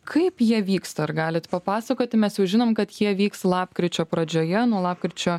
kaip jie vyksta ar galit papasakoti mes žinom kad jie vyks lapkričio pradžioje nuo lapkričio